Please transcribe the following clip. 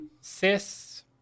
cis